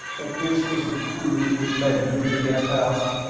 that this was the clue which led you to the guest house?